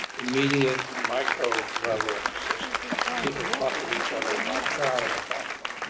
immediate, micro level systems, people talking to each other about a child in the classroom.